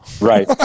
Right